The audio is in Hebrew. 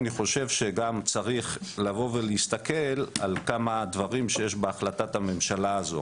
אני חושב שגם צריך לבוא ולהסתכל על כמה דברים שיש בהחלטת הממשלה הזאת.